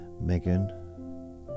Megan